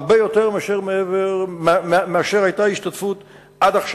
הרבה מאשר היתה ההשתתפות עד עכשיו.